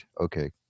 okay